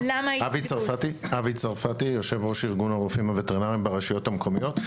רבי צרפתי יושב ראש ארגון הרופאים הווטרינרים ברשויות המקומיות.